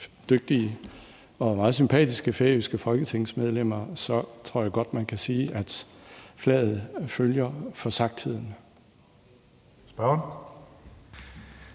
dygtige og meget sympatiske færøske folketingsmedlemmer kan sige, at flaget følger forsagtheden.